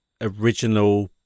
original